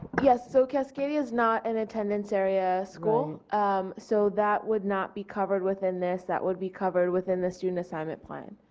yes, so cascadia is not an attendance area school um so that would not be covered within this that would be covered within the student assignment plan.